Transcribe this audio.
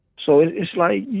so it's like,